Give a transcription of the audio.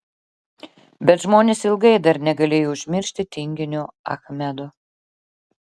bet žmonės ilgai dar negalėjo užmiršti tinginio achmedo